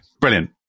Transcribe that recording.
Brilliant